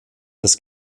das